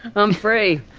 i'm free!